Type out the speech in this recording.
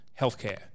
healthcare